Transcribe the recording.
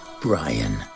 Brian